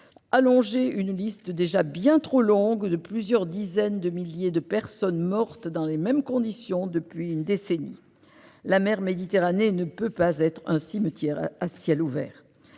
allonger une liste déjà bien trop longue de plusieurs dizaines de milliers de personnes mortes dans les mêmes conditions depuis une décennie. La mer Méditerranée ne peut être un cimetière à ciel ouvert.